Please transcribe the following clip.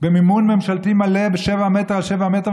במימון ממשלתי מלא ב-7 מטר על 7 מטר,